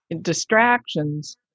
distractions